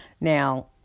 Now